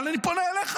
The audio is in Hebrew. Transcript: אבל אני פונה אליך,